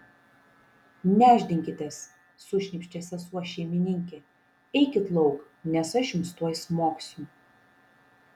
nešdinkitės sušnypštė sesuo šeimininkė eikit lauk nes aš jums tuoj smogsiu